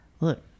look